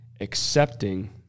accepting